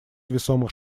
весомых